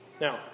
Now